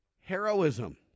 heroism